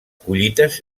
collites